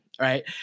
right